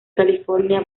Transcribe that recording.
california